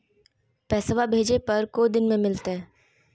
पैसवा भेजे पर को दिन मे मिलतय?